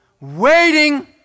waiting